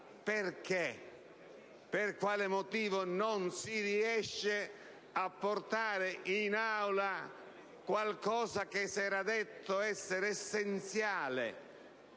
freni? Per quale motivo non si riesce a portare in Aula un qualcosa che si era detto essere essenziale,